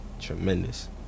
tremendous